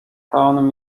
town